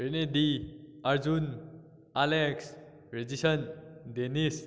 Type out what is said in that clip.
ꯔꯦꯅꯦꯗꯤ Arjun Alex ꯔꯦꯗꯤꯁꯟ Denis